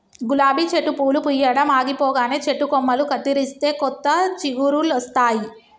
గులాబీ చెట్టు పూలు పూయడం ఆగిపోగానే చెట్టు కొమ్మలు కత్తిరిస్తే కొత్త చిగురులొస్తాయి